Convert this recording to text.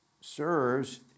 serves